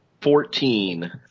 Fourteen